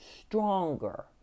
stronger